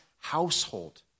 household